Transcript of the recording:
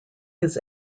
his